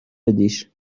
بدیش